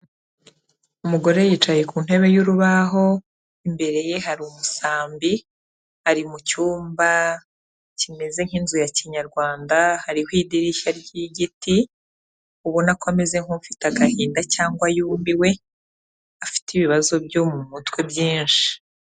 Umugore yicaye ku ntebe y'urubaho, imbere ye hari umusambi, ari mu cyumba kimeze nk'inzu ya kinyarwanda, hariho idirishya ry'igiti, ubona ko ameze nk'ufite agahinda cyangwa yumiwe, afite ibibazo byo mu mutwe byinshi.